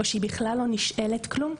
או שהיא בכלל לא נשאלת כלום,